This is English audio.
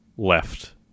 Left